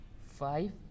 five